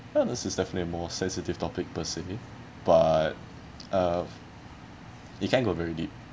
well this is definitely a more sensitive topic per se but uh it can go very deep